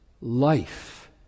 life